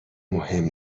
مهم